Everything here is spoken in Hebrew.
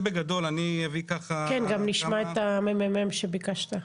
כן, גם נשמע את הממ"מ שביקשת.